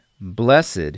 blessed